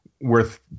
worth